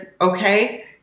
okay